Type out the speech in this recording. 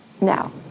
Now